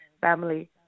family